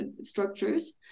structures